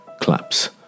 collapse